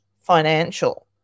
financial